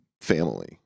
family